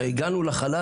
הגענו לחלל,